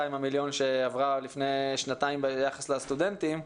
המיליון שעברה לפני שנתיים ביחס לסטודנטים,